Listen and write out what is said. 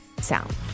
sound